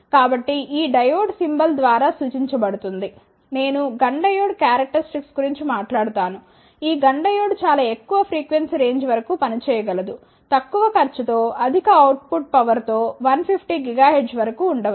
కాబట్టి ఈ diode symbol ద్వారా సూచించబడుతుంది నేను GUNN డయోడ్ క్యారక్టరిస్టిక్స్ గురించి మాట్లాడుతాను ఈ GUNN డయోడ్ చాలా ఎక్కువ ఫ్రీక్వెన్సీ రేంజ్ వరకు పనిచేయగలదు తక్కువ ఖర్చుతో అధిక అవుట్పుట్ పవర్ తో 150 GHz వరకు ఉండవచ్చు